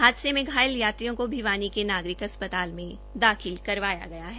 हादसे मे घायल यात्रियों को भिवानी के नागरिकों अस्तपाल में दाखिल करवाया गया है